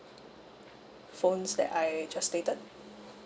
phones that I just stated